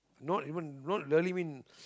not even not early mean